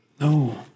No